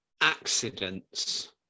accidents